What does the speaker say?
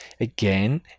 again